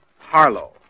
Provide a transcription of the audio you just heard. Harlow